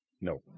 No